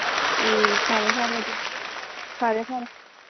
ꯎꯝ ꯐꯔꯦ ꯐꯔꯦ ꯑꯗꯨꯗꯤ ꯐꯔꯦ ꯐꯔꯦ